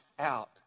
out